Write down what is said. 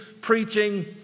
preaching